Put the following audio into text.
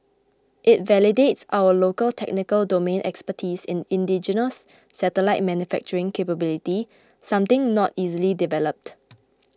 it validates our local technical domain expertise in indigenous satellite manufacturing capability something not easily developed